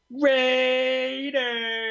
Raiders